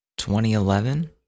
2011